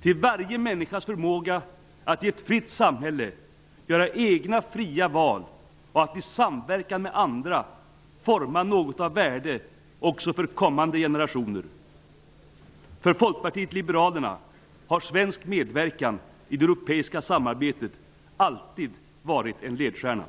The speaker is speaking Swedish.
Till varje människas förmåga att i ett fritt samhälle göra egna, fria val och att i samverkan med andra forma något av värde också för kommande generationer. För Folkpartiet liberalerna har svensk medverkan i det europeiska samarbetet alltid varit en ledstjärna.